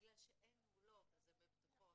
בגלל שאין נעולות אז הם בפתוחות.